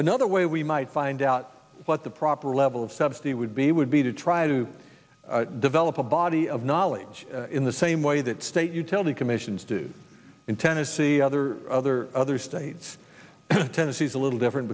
another way we might find out what the proper level of subsidy would be would be to try to develop a body of knowledge in the same way that state utility commission to do in tennessee other other other states tennessee's a little different